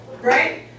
right